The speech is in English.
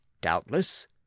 Doubtless